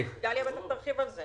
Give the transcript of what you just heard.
דליה בטח תרחיב בזה